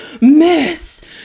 miss